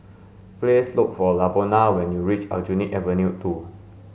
please look for Lavona when you reach Aljunied Avenue two